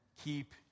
keep